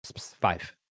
five